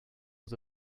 was